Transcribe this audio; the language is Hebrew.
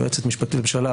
יועצת משפטית לממשלה,